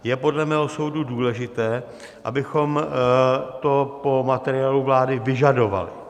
Je podle mého soudu důležité, abychom to po materiálu vlády vyžadovali.